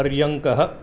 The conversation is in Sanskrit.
पर्यङ्कः